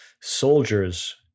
soldiers